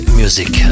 music